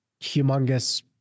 humongous